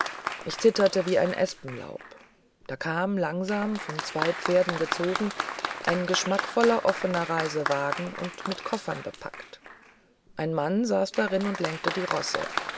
ich zitterte wie ein espenblatt da kam langsam von zwei pferden gezogen ein geschmackvoller offener reisewagen und mit koffern gepackt ein mann saß darin und lenkte die rosse